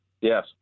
Yes